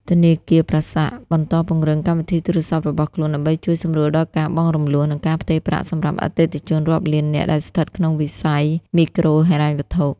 ធនាគារ ប្រាសាក់ (Prasac) បន្តពង្រឹងកម្មវិធីទូរស័ព្ទរបស់ខ្លួន ដើម្បីជួយសម្រួលដល់ការបង់រំលស់ និងការផ្ទេរប្រាក់សម្រាប់អតិថិជនរាប់លាននាក់ដែលស្ថិតក្នុងវិស័យមីក្រូហិរញ្ញវត្ថុ។